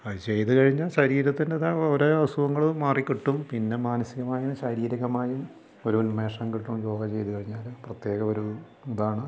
അതു ചെയ്തു കഴിഞ്ഞാൽ ശരീരത്തിന് ഓരോ അസുഖങ്ങളും മാറിക്കിട്ടും പിന്നെ മാനസികമായ ശാരീരികമായും ഒരു ഉന്മേഷം കിട്ടും യോഗ ചെയ്തു കഴിഞ്ഞാൽ പ്രത്യേക ഒരു ഇതാണ്